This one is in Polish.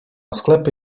sklepy